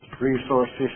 resources